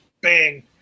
bang